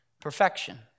perfection